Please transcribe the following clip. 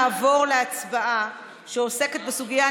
נעבור להצבעה שעוסקת בסוגיה,